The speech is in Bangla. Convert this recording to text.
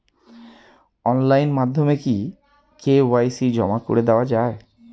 অনলাইন মাধ্যমে কি কে.ওয়াই.সি জমা করে দেওয়া য়ায়?